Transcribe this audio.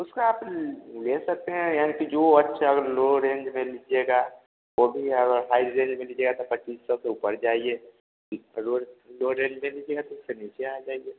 उसका आप ले सकते हैं यानी कि जो अच्छा लॉ रेन्ज में लीजिएगा वह भी आएगा हाई रेन्ज में लीजिएगा तो पच्चीस सौ के ऊपर जाइए लॉ रेन्ज ले लीजिएगा तो फ़िर नीचे आ जाइए